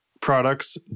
products